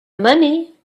money